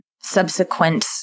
subsequent